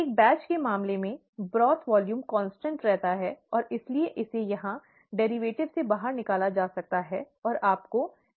एक बैच के मामले में ब्रॉथ वॉल्यूम स्थिर रहता है और इसलिए इसे यहां व्युत्पन्न से बाहर निकाला जा सकता है और आपको V dxdt मिलता है